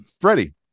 Freddie